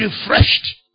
refreshed